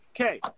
Okay